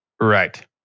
Right